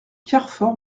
carfor